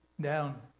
down